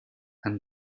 and